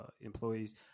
employees